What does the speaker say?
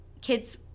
Kids